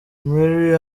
mary